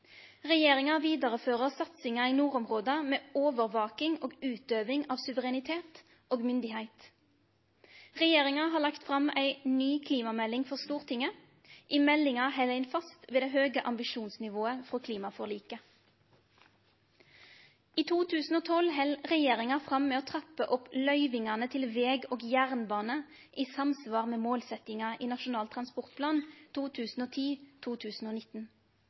Regjeringa vidarefører satsinga i nordområda med overvaking og utøving av suverenitet og myndigheit. Regjeringa har lagt fram ei ny klimamelding for Stortinget. I meldinga held ein fast ved det høge ambisjonsnivået frå klimaforliket. I 2012 heldt regjeringa fram med å trappe opp løyvingane til veg og jernbane i samsvar med målsetjinga i Nasjonal transportplan